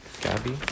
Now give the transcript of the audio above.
gabby